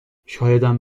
شایدم